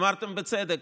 אמרתם, בצדק,